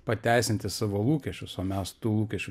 pateisinti savo lūkesčius o mes tų lūkesčių